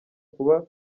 kuba